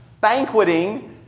banqueting